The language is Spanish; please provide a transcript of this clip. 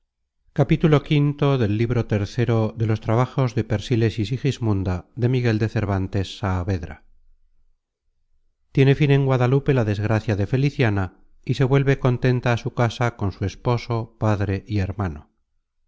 poco á las santísimas sierras de guadalupe content from google book search generated at capitulo v tiene fin en guadalupe la desgracia de feliciana y se vuelve contenta a su casa con su esposo padre y hermano